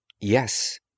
Yes